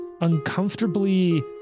uncomfortably